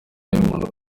y’umuntu